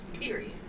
period